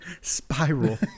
Spiral